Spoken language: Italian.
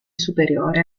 superiore